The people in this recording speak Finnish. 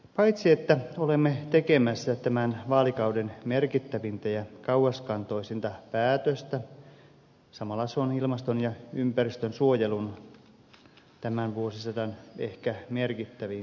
paitsi että olemme tekemässä tämän vaalikauden merkittävintä ja kauaskantoisinta päätöstä samalla se on tämän vuosisadan ilmaston ja ympäristönsuojelun ehkä merkittävin kansainvälinen haaste